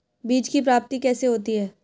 बीज की प्राप्ति कैसे होती है?